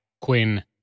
Quinn